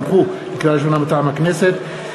מטעם הכנסת: